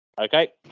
okay